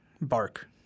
bark